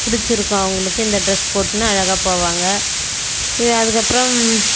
பிடிச்சிருக்கும் அவர்களுக்கு இந்த ட்ரெஸ் போட்டுன்னு அழகாக போவாங்க அதுக்கப்புறம்